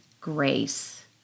grace